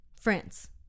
France